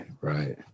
right